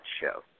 show